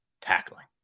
tackling